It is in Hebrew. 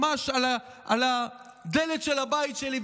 ממש על הדלת של הבית שלי,